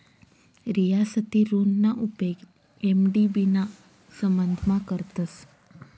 रियासती ऋणना उपेग एम.डी.बी ना संबंधमा करतस